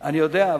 אני יודע,